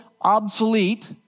obsolete